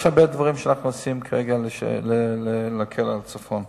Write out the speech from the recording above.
יש הרבה דברים שאנחנו עושים כרגע להקל על הצפון.